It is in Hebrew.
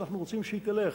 אנחנו רוצים שהיא תלך